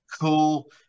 cool